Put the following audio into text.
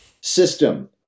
system